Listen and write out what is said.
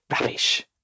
Rubbish